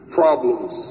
problems